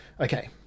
Okay